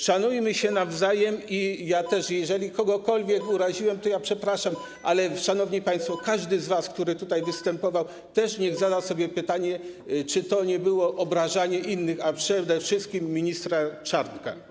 Szanujmy się nawzajem i jeżeli kogokolwiek uraziłem, to przepraszam, ale szanowni państwo, każdy z was, tych, którzy tutaj występowali, też niech zada sobie pytanie, czy to nie było obrażanie innych, a przede wszystkim ministra Czarnka.